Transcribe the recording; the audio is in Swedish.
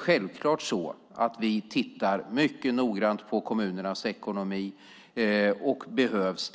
Självklart tittar vi mycket noggrant på kommunernas ekonomi, och om det behövs